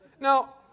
Now